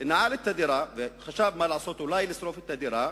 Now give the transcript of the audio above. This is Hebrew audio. נעל את הדירה, חשב מה לעשות, אולי לשרוף את הדירה,